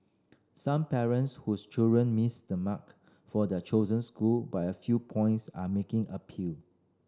some parents whose children missed the mark for their chosen school by a few points are making appeal